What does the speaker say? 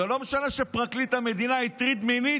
זה לא משנה שפרקליט המדינה הטריד מינית,